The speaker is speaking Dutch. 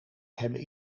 hebben